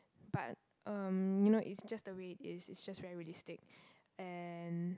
but um you know it's just the way it is it's just very realisitc and